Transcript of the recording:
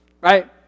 Right